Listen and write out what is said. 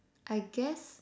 I guess